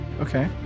Okay